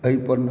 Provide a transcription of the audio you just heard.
एहि परमे